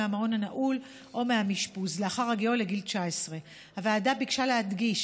מהמעון הנעול או מהאשפוז לאחר הגיעו לגיל 19. הוועדה ביקשה להדגיש